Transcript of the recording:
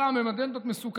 שלא פעם הן אג'נדות מסוכנות,